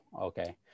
okay